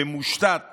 שמושתת